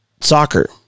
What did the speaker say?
soccer